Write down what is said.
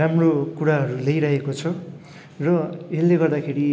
राम्रो कुराहरू ल्याइरहेको छ र यसले गर्दाखेरि